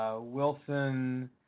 Wilson